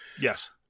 Yes